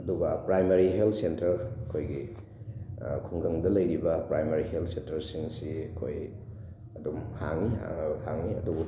ꯑꯗꯨꯒ primary health centre ꯑꯩꯈꯣꯏꯒꯤ ꯈꯨꯡꯒꯪꯗ ꯂꯩꯔꯤꯕ ꯄ꯭ꯔꯥꯏꯃꯥꯔꯤ ꯍꯦꯜꯠ ꯁꯦꯟꯇꯔꯁꯤꯡꯁꯤ ꯑꯩꯈꯣꯏ ꯑꯗꯨꯝ ꯍꯥꯡꯉꯤ ꯍꯥꯡꯉꯤ ꯑꯗꯨꯕꯨ